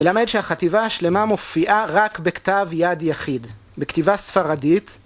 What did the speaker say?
ללמד שהחטיבה השלמה מופיעה רק בכתב יד יחיד, בכתיבה ספרדית